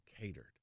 catered